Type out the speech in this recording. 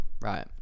Right